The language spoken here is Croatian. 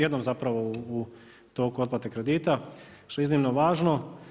Jednom zapravo u toku otplate kredita što je iznimno važno.